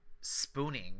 spooning